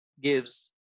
gives